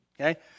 okay